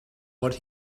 what